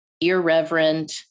irreverent